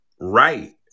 right